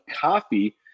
Coffee